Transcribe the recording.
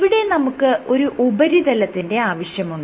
ഇവിടെ നമുക്ക് ഒരു ഉപരിതലത്തിന്റെ ആവശ്യമുണ്ട്